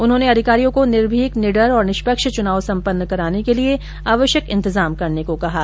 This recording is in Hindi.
उन्होंने अधिकारियों को निर्भीक निडर और निष्पक्ष चुनाव सम्पन्न कराने के लिए आवश्यक इंतजाम करने के निर्देष दिए